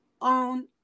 on